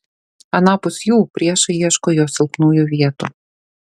anapus jų priešai ieško jo silpnųjų vietų